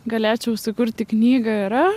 galėčiau sukurti knygą yra